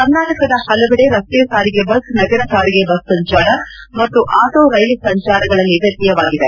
ಕರ್ನಾಟಕದ ಹಲವೆಡೆ ರಾಜ್ಯ ರಸ್ತೆ ಸಾರಿಗೆ ಬಸ್ ನಗರ ಸಾರಿಗೆ ಬಸ್ ಸಂಚಾರ ಮತ್ತು ಆಟೋ ರೈಲು ಸಂಚಾರಗಳಲ್ಲಿ ವ್ಯತ್ತಯವಾಗಿದೆ